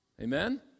Amen